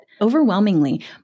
overwhelmingly